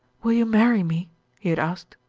will you marry me he had asked.